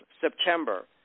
September